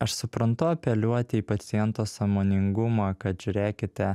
aš suprantu apeliuoti į paciento sąmoningumą kad žiūrėkite